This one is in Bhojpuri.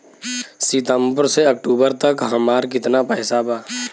सितंबर से अक्टूबर तक हमार कितना पैसा बा?